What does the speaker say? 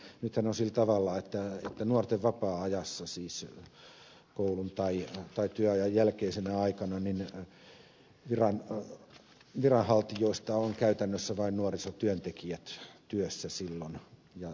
nythän on sillä tavalla että nuorten vapaa ajassa siis koulun tai työajan jälkeisenä aikana viranhaltijoista ovat käytännössä vain nuorisotyöntekijät työssä silloin